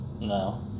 No